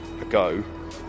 ago